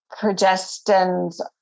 progestins